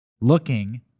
looking